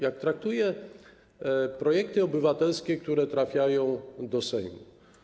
Jak traktuje projekty obywatelskie, które trafiają do Sejmu.